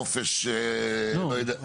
חופש לא יודע.